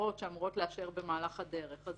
אחרות שאמורות לאשר במהלך הדרך.